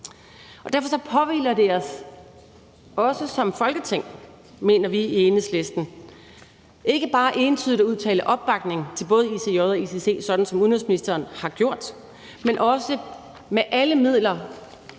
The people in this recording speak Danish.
Derfor påhviler det os – også som Folketing, mener vi i Enhedslisten – ikke bare entydigt at udtale opbakning til både ICJ og ICC, sådan som udenrigsministeren har gjort, men også med alle midler